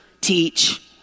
teach